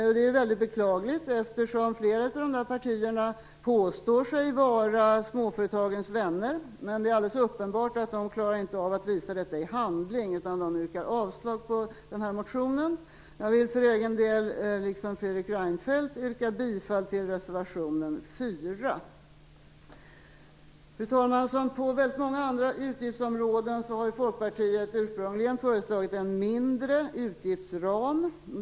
Detta är väldigt beklagligt, eftersom flera av dessa partier påstår sig vara småföretagens vänner. Men det är alldeles uppenbart att de inte klarar att visa detta i handling, utan de yrkar avslag på motionen. Jag vill för egen del liksom Fredrik Reinfeldt yrka bifall till reservationen 4. Fru talman! Som på väldigt många andra utgiftsområden har Folkpartiet ursprungligen föreslagit en mindre utgiftsram.